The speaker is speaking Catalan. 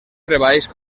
treballs